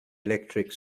electric